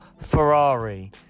Ferrari